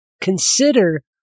Consider